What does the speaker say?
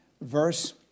verse